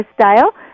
Style